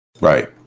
Right